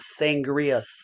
sangria